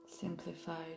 Simplified